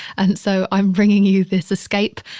and so i'm bringing you this escape.